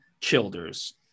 Childers